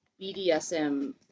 BDSM